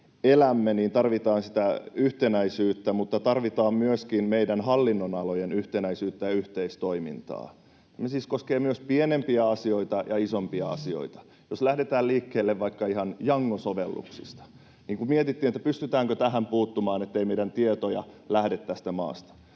elämme, tarvitaan sitä yhtenäisyyttä mutta tarvitaan myöskin meidän hallinnonalojen yhtenäisyyttä ja yhteistoimintaa — ne siis koskevat pienempiä asioita ja isompia asioita. Jos lähdetään liikkeelle vaikka ihan Yango-sovelluksesta, niin kun mietittiin, pystytäänkö tähän puuttumaan, ettei meidän tietojamme lähde tästä maasta,